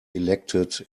elected